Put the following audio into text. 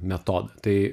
metodą tai